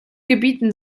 gebieten